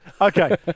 Okay